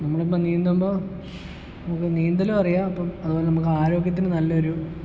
നമ്മൾ ഇപ്പോൾ നീന്തുമ്പോൾ നമുക്ക് നീന്തലും അറിയാം അപ്പോൾ അതുപോലെ നമുക്ക് ആരോഗ്യത്തിന് നല്ലൊരു